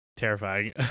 terrifying